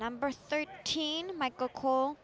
number thirteen michael co